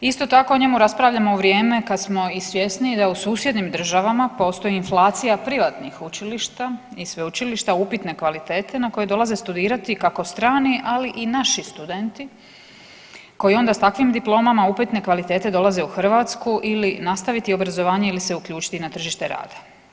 Isto tako o njemu raspravljamo u vrijeme kad smo i svjesni da u susjednim državama postoji inflacija privatnih učilišta i sveučilišta upitne kvalitete na koje dolaze studirati kako strani, ali i naši studenti koji onda s takvim diplomama upitne kvalitete dolaze u Hrvatsku ili nastaviti obrazovanje ili se uključiti na tržište rada.